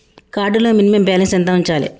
Card లో minimum balance ఎంత ఉంచాలే?